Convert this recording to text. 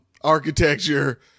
architecture